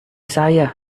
saya